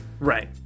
right